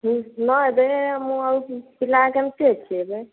ହଁ ନା ଏବେ ମୁଁ ଆଉ ପିଲା କେମିତି ଅଛି ଏବେ